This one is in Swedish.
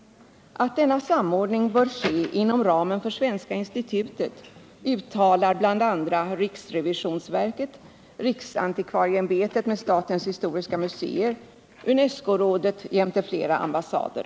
Att denna samordning bör ske inom ramen för Svenska institutet uttalar bl.a. riksrevisionsverket, riksantikvarieämbetet och statens historiska museer, UNESCO-rådet och flera ambassader.